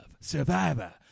Survivor